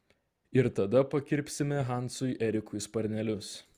ir tada pakirpsime hansui erikui sparnelius